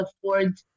afford